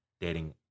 dating